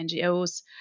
NGOs